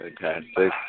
fantastic